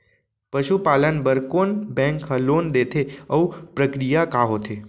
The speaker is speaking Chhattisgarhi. पसु पालन बर कोन बैंक ह लोन देथे अऊ प्रक्रिया का होथे?